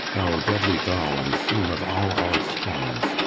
o deadly gall, and theme of all our scorns!